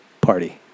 party